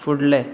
फुडलें